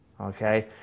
Okay